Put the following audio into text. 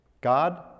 God